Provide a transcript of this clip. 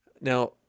Now